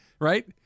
right